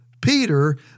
Peter